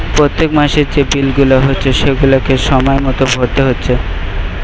পোত্তেক মাসের যে বিল গুলা হচ্ছে সেগুলাকে সময় মতো ভোরতে হচ্ছে